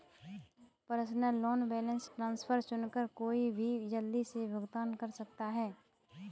personal loan balance transfer चुनकर कोई भी जल्दी से भुगतान कर सकता है